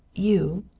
you?